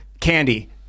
Candy